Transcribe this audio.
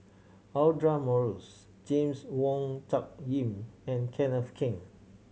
Audra Morrice James Wong Tuck Yim and Kenneth Keng